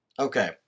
Okay